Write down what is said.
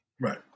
Right